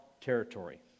territory